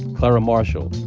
clara marshall,